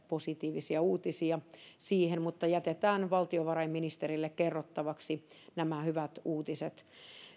positiivisia uutisia siitä mutta jätetään valtiovarainministerille kerrottavaksi nämä hyvät uutiset